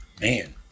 Man